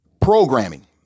Programming